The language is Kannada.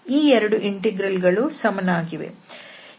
ಈ ಎರಡು ಇಂಟೆಗ್ರಲ್ ಗಳು ಸಮನಾಗಿವೆ